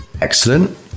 Excellent